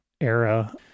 era